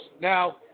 Now